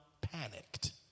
panicked